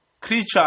Creature